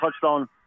touchdown